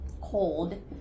cold